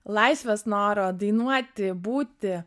laisvės noro dainuoti būti